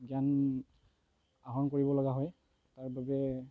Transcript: জ্ঞান আহৰণ কৰিবলগা হয় তাৰ বাবে